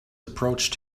approached